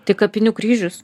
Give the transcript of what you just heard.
tik kapinių kryžius